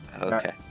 Okay